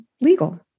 legal